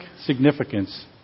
significance